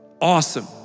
Awesome